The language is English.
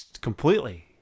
completely